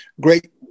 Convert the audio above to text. great